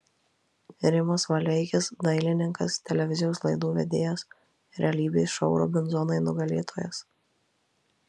rimas valeikis dailininkas televizijos laidų vedėjas realybės šou robinzonai nugalėtojas